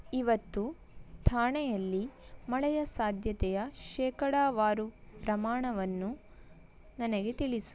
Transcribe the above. ಇವತ್ತು ಥಾಣೆಯಲ್ಲಿ ಮಳೆಯ ಸಾಧ್ಯತೆಯ ಶೇಕಡಾವಾರು ಪ್ರಮಾಣವನ್ನು ನನಗೆ ತಿಳಿಸು